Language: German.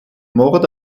mord